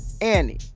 Annie